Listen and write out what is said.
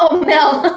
um mel,